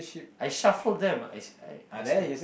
I shuffled them I I I swear